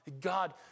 God